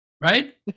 Right